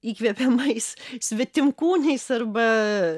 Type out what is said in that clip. įkvepiamais svetimkūniais arba